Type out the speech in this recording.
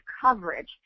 coverage